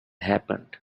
happened